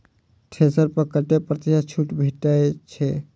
Thresher पर कतै प्रतिशत छूट भेटय छै?